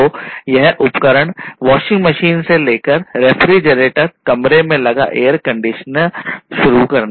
तो यह उपकरण वॉशिंग मशीन से लेकर रेफ्रिजरेटर कमरे में लगा एयर कंडीशनिंग शुरू करना